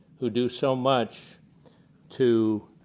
who do so much to